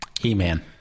He-Man